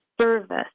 Service